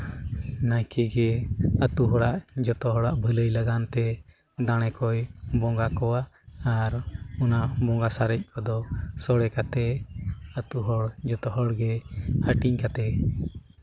ᱱᱟᱭᱠᱮ ᱜᱮ ᱟᱛᱳ ᱦᱚᱲᱟᱜ ᱡᱚᱛᱚ ᱦᱚᱲᱟᱜ ᱵᱷᱟᱹᱞᱟᱹᱭ ᱞᱟᱹᱜᱤᱫ ᱛᱮ ᱫᱟᱲᱮ ᱠᱚᱭ ᱵᱚᱸᱜᱟ ᱠᱚᱣᱟ ᱟᱨ ᱚᱱᱟ ᱵᱚᱸᱜᱟ ᱥᱟᱨᱮᱡ ᱠᱚᱫᱚ ᱥᱳᱲᱮ ᱠᱟᱛᱮ ᱟᱛᱳ ᱦᱚᱲ ᱡᱚᱛᱚ ᱦᱚᱲᱜᱮ ᱦᱟᱹᱴᱤᱧ ᱠᱟᱛᱮ